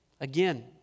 Again